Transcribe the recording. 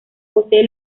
posee